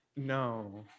No